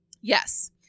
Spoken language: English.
Yes